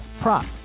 prop